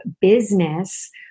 business